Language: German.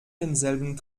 denselben